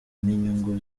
n’inyungu